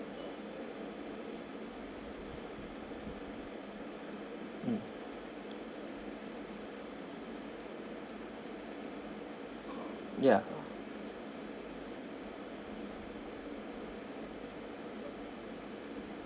mm ya